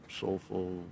soulful